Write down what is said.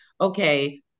okay-